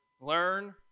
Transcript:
learn